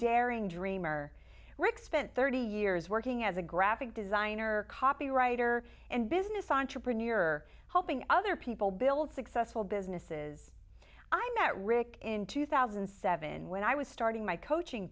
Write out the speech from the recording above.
daring dreamer rick spent thirty years working as a graphic designer copywriter and business entrepreneur helping other people build successful businesses i met rick in two thousand and seven when i was starting my coaching